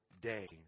day